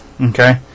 okay